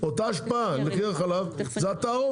אותה השפעה על מחיר החלב היא התערובת.